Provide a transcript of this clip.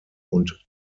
und